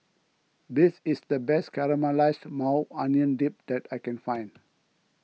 this is the best Caramelized Maui Onion Dip that I can find